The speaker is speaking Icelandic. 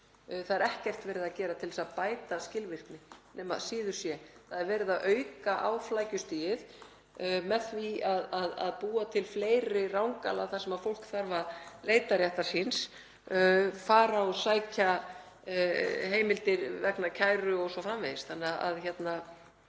Það er ekkert verið að gera til að bæta skilvirkni nema síður sé. Það er verið að auka á flækjustigið með því að búa til fleiri rangala þar sem fólk þarf að leita réttar síns, fara og sækja heimildir vegna kæru o.s.frv. Því miður